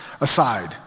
aside